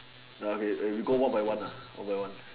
ya okay we go one by one one by one